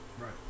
Right